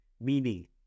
meaning